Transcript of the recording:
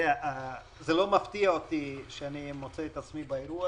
זה לא מפתיע אותי שאני מוצא את עצמי באירוע